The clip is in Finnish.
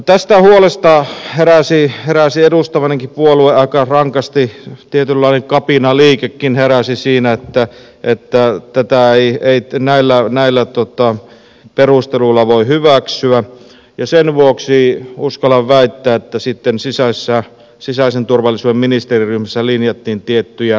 tästä huolesta heräsi edustamanikin puolue aika rankasti tietynlainen kapinaliikekin heräsi siinä että tätä ei näillä perusteluilla voi hyväksyä ja sen vuoksi uskallan väittää sitten sisäisen turvallisuuden ministeriryhmässä linjattiin tiettyjä reunaehtoja